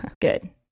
Good